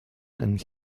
and